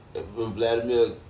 Vladimir